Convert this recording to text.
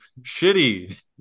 shitty